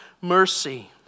mercy